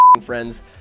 friends